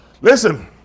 listen